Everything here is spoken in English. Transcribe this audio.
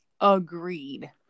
agreed